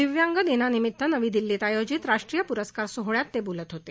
दिव्यांग दिनानिमित नवी दिल्लीत आयोजित राष्ट्रीय प्रस्कार सोहळ्यात बोलत होते